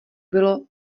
bylo